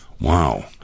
Wow